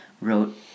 wrote